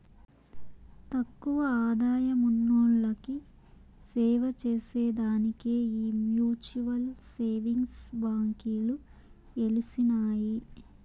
తక్కువ ఆదాయమున్నోల్లకి సేవచేసే దానికే ఈ మ్యూచువల్ సేవింగ్స్ బాంకీలు ఎలిసినాయి